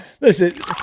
listen